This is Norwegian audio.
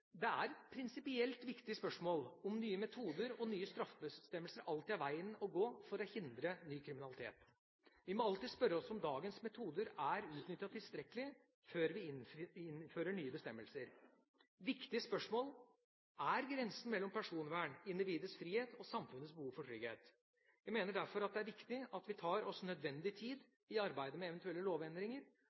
er et prinsipielt viktig spørsmål om nye metoder og nye straffebestemmelser alltid er veien å gå for å hindre ny kriminalitet. Vi må alltid spørre oss om dagens metoder er utnyttet tilstrekkelig før vi innfører nye bestemmelser. Viktige spørsmål er grensen mellom personvern, individets frihet og samfunnets behov for trygghet. Jeg mener derfor at det er viktig at vi tar oss nødvendig tid i arbeidet med eventuelle lovendringer.